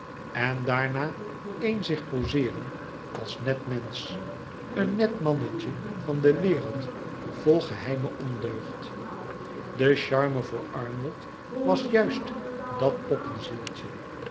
en daarna een zich pozeeren als net mensch een net mannetje van de wereld vol geheimen ondeugd de charme voor arnold was juist dat